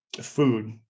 food